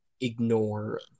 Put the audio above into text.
ignore